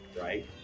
right